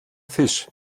fisch